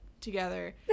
together